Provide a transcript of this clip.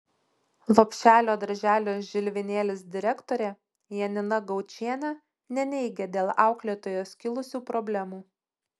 lopšelio darželio žilvinėlis direktorė janina gaučienė neneigia dėl auklėtojos kilusių problemų